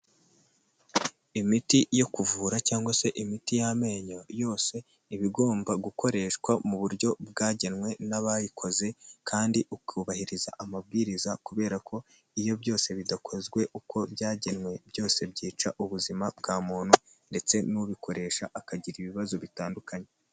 Imiti yo kuvura cyangwa se imiti y'amenyo yose, iba igomba gukoreshwa mu buryo bwagenwe n'abayikoze kandi ukubahiriza amabwiriza kubera ko iyo byose bidakozwe uko byagenwe, byose byica ubuzima bwa muntu ndetse n'ubikoresha akagira ibibazo bitandukanye.